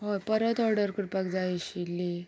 होय परत ऑर्डर करपाक जाय आशिल्ली